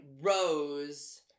Rose